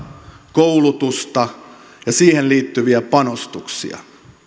koulutusta ja siihen liittyviä panostuksia